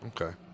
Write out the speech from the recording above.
okay